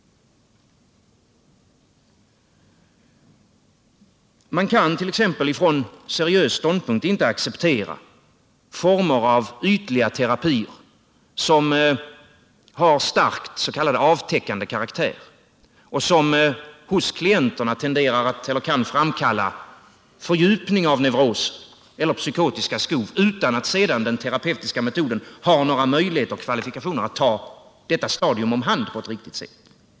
Man kan t.ex. från seriös ståndpunkt inte acceptera former av ytliga terapier som har stark s.k. avtäckande karaktär och hos klienterna kan framkalla fördjupningar av neuroser eller psykotiska skov utan att sedan den terapeutiska metoden har några möjligheter att ta om hand detta stadium på ett riktigt sätt.